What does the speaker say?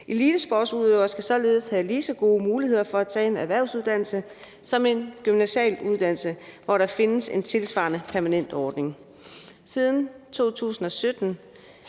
Elitesportsudøvere skal således have lige så gode muligheder for at tage en erhvervsuddannelse som en gymnasial uddannelse, hvor der findes en tilsvarende permanent ordning.